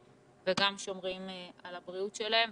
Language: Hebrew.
וגם שומרים על הבריאות שלהם.